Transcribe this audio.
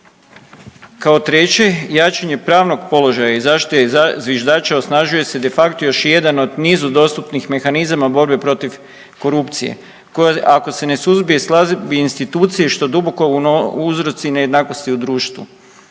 Kao treće, jačanje pravnog položaja i zaštite zviždača osnažuje se de facto još jedan od nizu dostupnih mehanizama borbe protiv korupcije, koja, ako se ne suzbije, slabi institucije, što duboko uzroci nejednakosti u društvo,